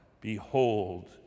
behold